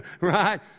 Right